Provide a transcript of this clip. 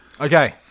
Okay